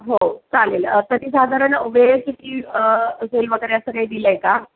हो चालेल तरी साधारण वेळ किती होईल वगैरे असं काही दिलं आहे का